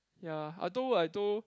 ya I told I told